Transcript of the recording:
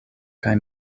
kaj